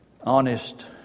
honest